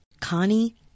Connie